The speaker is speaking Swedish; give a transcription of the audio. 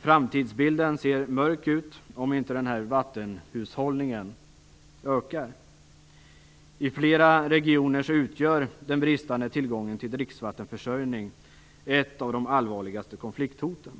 Framtidsbilden ser mörk ut, om inte vattenhushållningen ökar. I flera regioner utgör den bristande tillgången på dricksvatten ett av de allvarligaste konflikthoten.